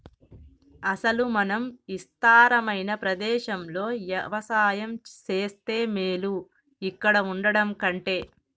అసలు మనం ఇస్తారమైన ప్రదేశంలో యవసాయం సేస్తే మేలు ఇక్కడ వుండటం కంటె